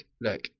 look